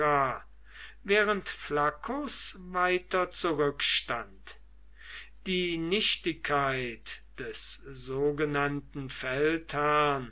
während flaccus weiter zurückstand die nichtigkeit des sogenannten feldherrn